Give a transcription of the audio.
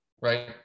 right